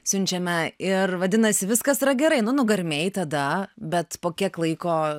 siunčiame ir vadinasi viskas yra gerai nu nugarmėjai tada bet po kiek laiko